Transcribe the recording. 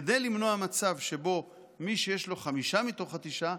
כדי למנוע מצב שבו מי שיש לו חמישה מתוך התשעה,